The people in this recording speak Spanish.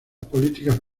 políticas